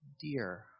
dear